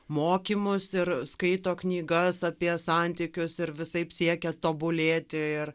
mokymus ir skaito knygas apie santykius ir visaip siekia tobulėti ir